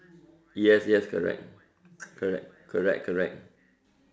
yes yes correct correct correct correct